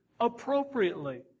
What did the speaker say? appropriately